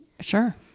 sure